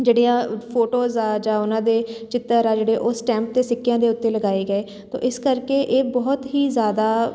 ਜਿਹੜੀਆਂ ਫੋਟੋਜ ਆ ਜਾਂ ਉਹਨਾਂ ਦੇ ਚਿੱਤਰ ਆ ਜਿਹੜੇ ਉਹ ਸਟੈਂਪ ਅਤੇ ਸਿੱਕਿਆਂ ਦੇ ਉੱਤੇ ਲਗਾਏ ਗਏ ਤਾਂ ਇਸ ਕਰਕੇ ਇਹ ਬਹੁਤ ਹੀ ਜ਼ਿਆਦਾ